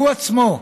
הוא עצמו,